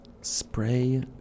Spray